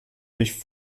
durch